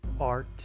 art